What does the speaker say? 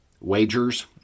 wagers